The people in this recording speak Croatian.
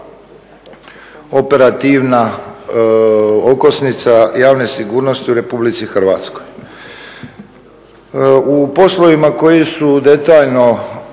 operativna okosnica javne sigurnosti u Republici Hrvatskoj. U poslovima koji su detaljno